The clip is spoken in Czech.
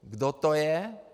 Kdo to je?